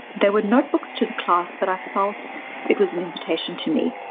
there were notebooks to the class, but i felt it was an invitation to me.